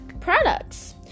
products